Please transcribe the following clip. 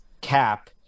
cap